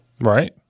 Right